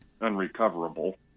unrecoverable